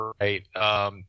right